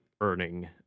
earning